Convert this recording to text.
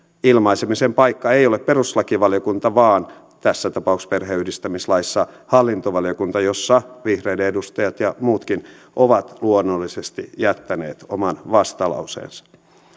ilmaisemisen paikka ei ole perustuslakivaliokunta vaan tässä tapauksessa perheenyhdistämislaissa hallintovaliokunta jossa vihreiden edustajat ja muutkin ovat luonnollisesti jättäneet oman vastalauseensa